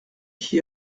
qui